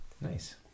Nice